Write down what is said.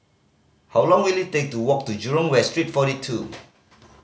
how long will it take to walk to Jurong West Street Forty Two